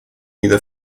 either